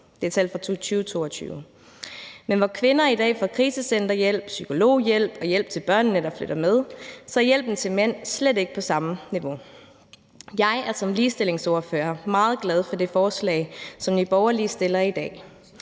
Det er tal fra 2022. Men hvor kvinder i dag får krisecenterhjælp, psykologhjælp og hjælp til børnene, der flytter med, så er hjælpen til mænd slet ikke på samme niveau. Jeg er som ligestillingsordfører meget glad for det forslag, som Nye Borgerlige fremsætter i dag.